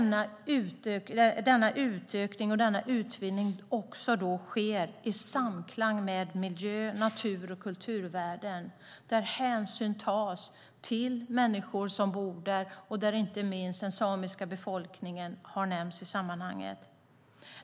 Denna utökning och denna utvinning måste ske i samklang med miljö-, natur och kulturvärden där hänsyn tas till människor som bor i dessa områden. Inte minst har den samiska befolkningen nämnts i sammanhanget.